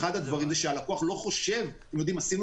אחד הדברים הוא שהלקוח לא חושב עשינו